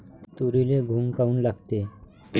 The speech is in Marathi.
तुरीले घुंग काऊन लागते?